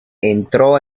entró